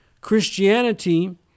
Christianity